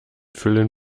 füllen